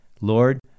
Lord